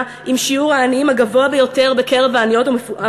עם שיעור העניים הגבוה ביותר בקרב המדינות המפותחות.